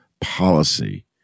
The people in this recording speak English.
policy